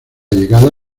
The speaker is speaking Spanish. llegada